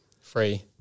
Free